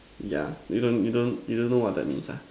yeah you don't you don't you don't know what that means ah